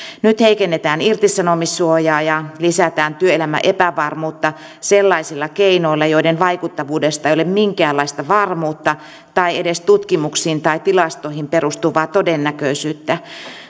nyt heikennetään irtisanomissuojaa ja lisätään työelämän epävarmuutta sellaisilla keinoilla joiden vaikuttavuudesta ei ole minkäänlaista varmuutta tai edes tutkimuksiin tai tilastoihin perustuvaa todennäköisyyttä